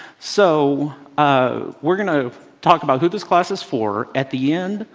so ah we're going to talk about who this class is for. at the end,